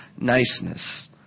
niceness